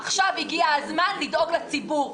עכשיו הגיע הזמן לדאוג לציבור.